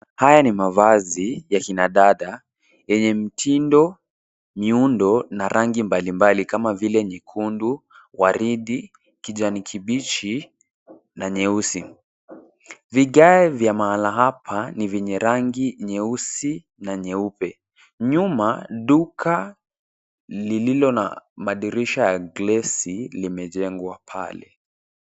Haya ni mavazi ya kina dada, yenye mitindo na miundo mbali mbali kama vile nyekundu, waridi, kijani kibichi, na nyeusi. Vigae vya mahala hapa ni vyeusi na vyeupe. Nyuma duka lenye madirisha ya glasi limejengwa pale.